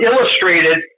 illustrated